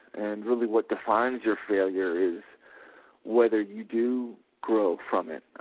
and, really what defines your failure is whether you do grow from it,